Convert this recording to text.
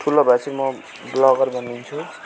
ठुलो भए पछि म ब्लगर बनिन्छु